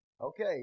Okay